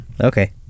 Okay